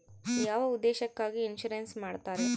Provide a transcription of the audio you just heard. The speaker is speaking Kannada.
ಯಾವ ಉದ್ದೇಶಕ್ಕಾಗಿ ಇನ್ಸುರೆನ್ಸ್ ಮಾಡ್ತಾರೆ?